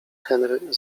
henry